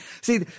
See